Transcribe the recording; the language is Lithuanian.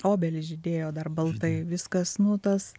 obelys žydėjo dar baltai viskas nu tas